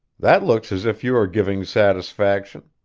that looks as if you are giving satisfaction.